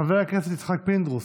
חבר הכנסת יצחק פינדרוס,